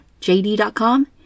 JD.com